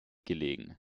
gelegen